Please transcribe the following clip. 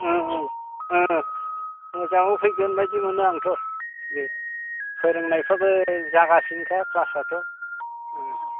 मोजांबो फैगोन बायदिबो मोनो आंथ' दे फोरोंनायफ्राबो जागासिनोखा ख्लासआथ' ओं